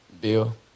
Bill